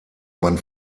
man